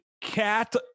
cat